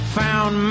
found